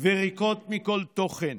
וריקות מכל תוכן